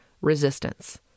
resistance